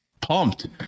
pumped